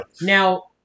Now